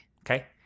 Okay